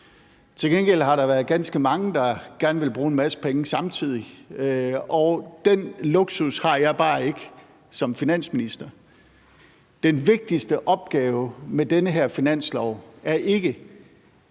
Til gengæld har der været ganske mange, der gerne ville bruge en masse penge samtidig, og den luksus har jeg bare ikke som finansminister. Den vigtigste opgave med den her finanslov er ikke,